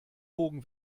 bogen